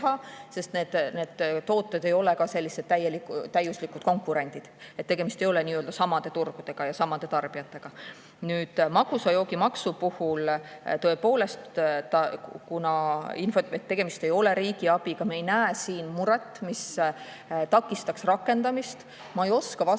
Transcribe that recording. sest need tooted ei ole sellised täielikud konkurendid, tegemist ei ole nii-öelda samade turgudega ja samade tarbijatega. Magusa joogi maksu puhul, tõepoolest, kuna tegemist ei ole riigiabiga, me ei näe siin muret, mis takistaks rakendamist. Ma ei oska vastata